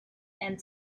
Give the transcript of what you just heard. and